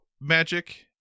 magic